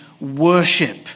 worship